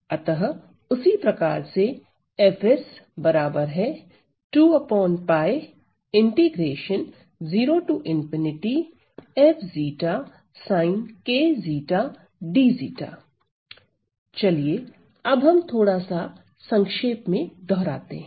अतः उसी प्रकार से चलिए अब हम थोड़ा सा संक्षेप में दोहराते हैं